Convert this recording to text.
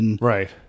Right